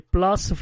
Plus